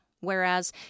Whereas